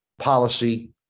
policy